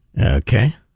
Okay